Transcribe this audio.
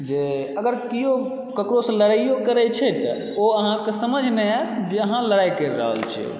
जे अगर केओ ककरोसँ लड़ाइयो करै छै तऽ ओ अहाँकेँ समझ नहि आओत जे अहाँ लड़ाई करि रहल छै ओ